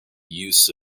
use